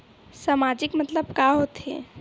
सामाजिक मतलब का होथे?